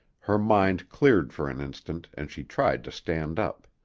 her mind cleared for an instant and she tried to stand up.